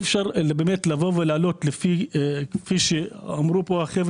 כפי שאמרו פה,